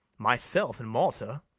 myself in malta,